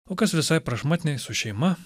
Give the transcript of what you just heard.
o kas visai prašmatniai su šeima